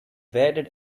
did